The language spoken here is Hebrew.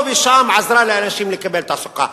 פה ושם עזרה לאנשים לקבל תעסוקה.